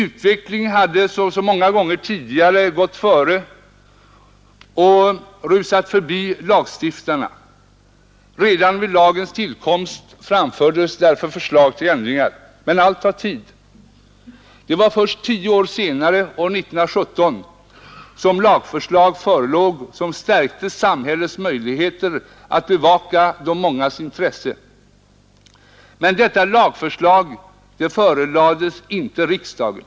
Utvecklingen hade, som så många gånger tidigare, rusat förbi lagstiftarna. Redan vid lagens tillkomst framfördes därför förslag till ändringar. Allt tar emellertid tid. Det var först tio år senare, år 1917, som ett lagförslag förelåg som stärkte samhällets möjligheter att bevaka de mångas intresse. Men lagförslaget förelades inte i riksdagen.